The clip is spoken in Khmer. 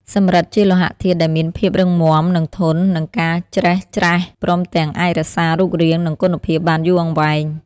សំរឹទ្ធិជាលោហៈធាតុដែលមាន ភាពរឹងមាំ និង ធន់ នឹងការច្រេះច្រែស ព្រមទាំងអាចរក្សារូបរាង និងគុណភាពបានយូរអង្វែង។